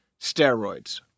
steroids